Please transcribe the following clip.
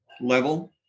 level